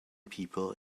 people